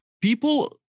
People